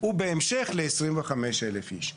ובהמשך ל-25,000 איש.